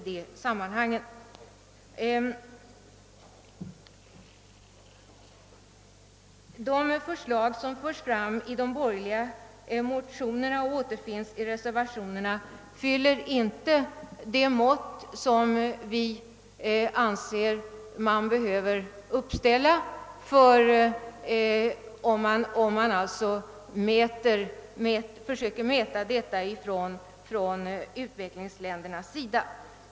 De förslag som förs fram i de borgerliga motionerna och återfinns i reservationerna fyller inte det mått som vi anser att man bör uppställa, om man försöker se detta ur utvecklingsländernas synpunkt.